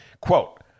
Quote